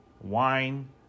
wine